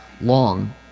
long